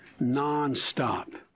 Nonstop